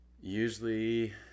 Usually